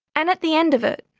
and at the end of it,